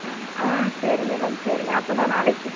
ஆ ஆ சரிங்க மேம் சரிங்க அப்போ நான் நாளைக்கு